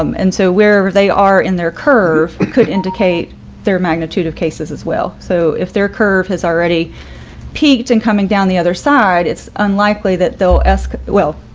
um and so wherever they are in their curve could indicate their magnitude of cases as well. so if their curve has already peaked and coming down the other side it's unlikely that they'll ask well,